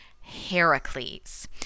Heracles